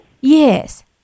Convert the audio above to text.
Yes